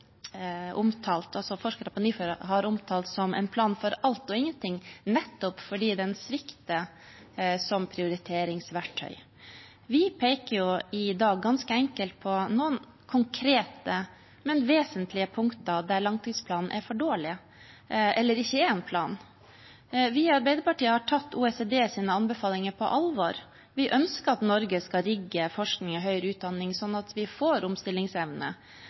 forskere ved NIFU har omtalt som en plan for alt og ingenting, nettopp fordi den svikter som prioriteringsverktøy. Vi peker i dag ganske enkelt på noen konkrete, men vesentlige punkter der langtidsplanen er for dårlig eller ikke er en plan. Vi i Arbeiderpartiet har tatt OECDs anbefalinger på alvor. Vi ønsker at Norge skal rigge forskning og høyere utdanning slik at vi får omstillingsevne.